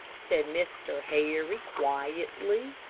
said mr. harry, quietly.